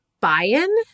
buy-in